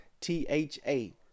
t-h-a